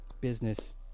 business